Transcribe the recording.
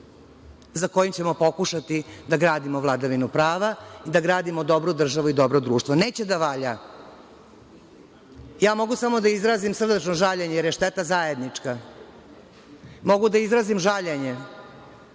za kojim ćemo pokušati da gradimo vladavinu pravu i gradimo dobru državu i dobro društvo. Neće da valja, ja mogu samo da izrazim srdačno žaljenje, jer je šteta zajednička. Mogu da izrazim žaljenje